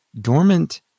dormant